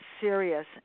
serious